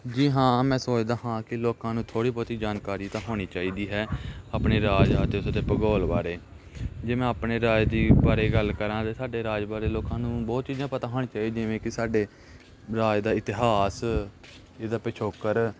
ਜੀ ਹਾਂ ਮੈਂ ਸੋਚਦਾ ਹਾਂ ਕਿ ਲੋਕਾਂ ਨੂੰ ਥੋੜ੍ਹੀ ਬਹੁਤੀ ਜਾਣਕਾਰੀ ਤਾਂ ਹੋਣੀ ਚਾਹੀਦੀ ਹੈ ਆਪਣੇ ਰਾਜ ਅਤੇ ਉਸਦੇ ਭੂਗੋਲ ਬਾਰੇ ਜੇ ਮੈਂ ਆਪਣੇ ਰਾਜ ਦੀ ਬਾਰੇ ਗੱਲ ਕਰਾਂ ਤਾਂ ਸਾਡੇ ਰਾਜ ਬਾਰੇ ਲੋਕਾਂ ਨੂੰ ਬਹੁਤ ਚੀਜ਼ਾਂ ਪਤਾ ਹੋਣੀਆਂ ਚਾਹੀਦੀ ਜਿਵੇਂ ਕਿ ਸਾਡੇ ਰਾਜ ਦਾ ਇਤਿਹਾਸ ਇਹਦਾ ਪਿਛੋਕੜ